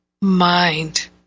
mind